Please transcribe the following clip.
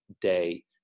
day